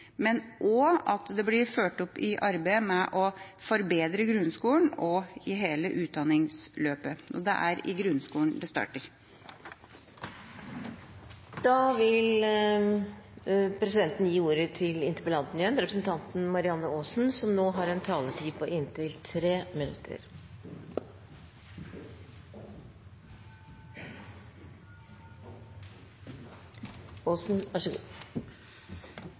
men også at det blir fulgt opp i arbeidet med å forbedre grunnskolen, og i hele utdanningsløpet. Og det er i grunnskolen det starter. Takk for denne lille, men informative debatten vi nå har